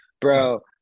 bro